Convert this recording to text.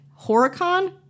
Horicon